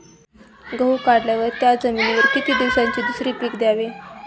गहू काढल्यावर त्या जमिनीवर किती दिवसांनी दुसरे पीक घ्यावे?